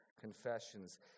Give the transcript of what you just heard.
confessions